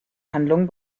handlung